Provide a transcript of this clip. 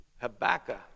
Habakkuk